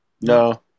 No